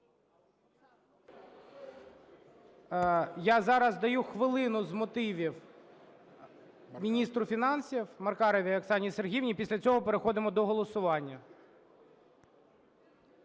Я зараз даю хвилину з мотивів міністру фінансів Маркаровій Оксані Сергіївні. Після цього переходимо до голосування.